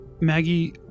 Maggie